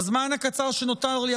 בזמן הקצר שנותר לי,